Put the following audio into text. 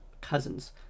cousins